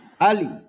Ali